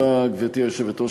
גברתי היושבת-ראש,